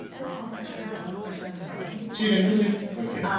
and i also actually have one more question i'm sorry. cheating, that's okay. i was kidding.